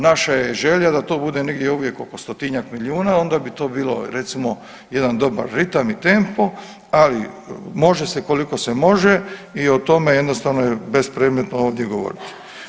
Naša je želja da to bude uvijek negdje oko 100-tinjak milijuna onda bi to bilo recimo jedan dobar ritam i tempo, ali može se koliko se može i o tome jednostavno je bespredmetno ovdje govoriti.